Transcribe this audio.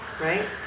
Right